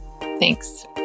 Thanks